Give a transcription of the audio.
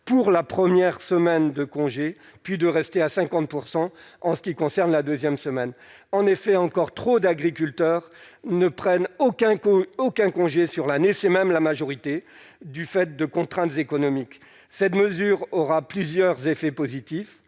pour la première semaine de congé puis de rester à 50 % en ce qui concerne la 2ème semaine en effet encore trop d'agriculteurs ne prennent aucun coup aucun congé sur la niche et même la majorité du fait de contraintes économiques, cette mesure aura plusieurs effets positifs,